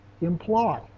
imply